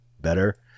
better